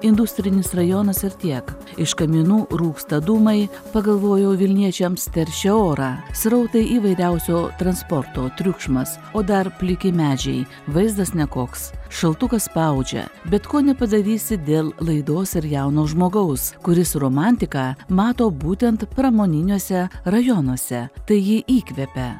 industrinis rajonas ir tiek iš kaminų rūksta dūmai pagalvojau vilniečiams teršia orą srautai įvairiausio transporto triukšmas o dar pliki medžiai vaizdas nekoks šaltukas spaudžia bet ko nepadarysi dėl laidos ir jauno žmogaus kuris romantiką mato būtent pramoniniuose rajonuose tai ji įkvepia